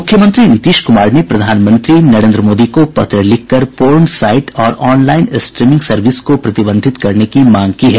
मुख्यमंत्री नीतीश कुमार ने प्रधानमंत्री नरेंद्र मोदी का पत्र लिखकर पोर्न साइट और ऑनलाइन स्ट्रीमिंग सर्विस को प्रतिबंधित करने की मांग की है